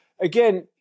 again